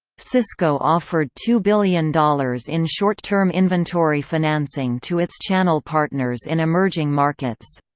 cisco offered two billion dollars in short-term inventory financing to its channel partners in emerging markets.